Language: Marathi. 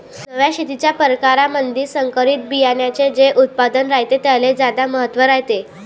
नव्या शेतीच्या परकारामंधी संकरित बियान्याचे जे उत्पादन रायते त्याले ज्यादा महत्त्व रायते